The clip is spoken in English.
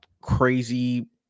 crazy